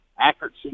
Accuracy